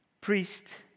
priest